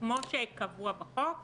כמו שקבוע בחוק,